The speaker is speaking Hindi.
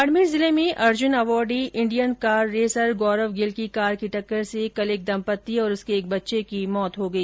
बाड़मेर जिले में Arjun awardee Indian car racer Gaurav Gill की कार की टक्कर से कल एक दम्पति और उसके एक बच्चे की मौत हो गई